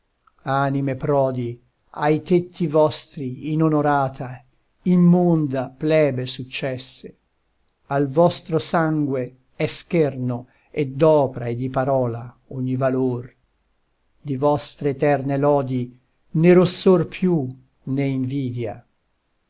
anime prodi ai tetti vostri inonorata immonda plebe successe al vostro sangue è scherno e d'opra e di parola ogni valor di vostre eterne lodi né rossor più né invidia